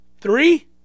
Three